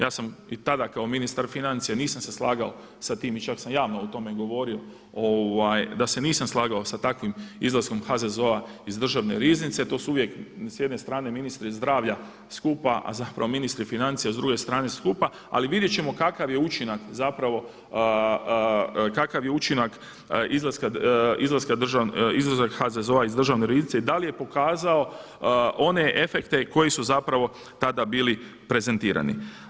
Ja sam tada kao ministar financija nisam se slagao sa tim i čak sam i javno govorio o tome da se nisam slagao sa takvim izlaskom HZZO-a iz Državne riznice to su uvijek s jedne strane ministri zdravlja skupa, a zapravo ministri financija s druge strane skupa, ali vidjet ćemo kakav je učinak izlaska HZZO-a iz Državne riznice i da li je pokazao one efekte koji su tada bili prezentirani.